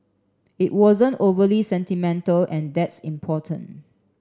it wasn't overly sentimental and that's important